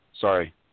Sorry